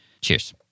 cheers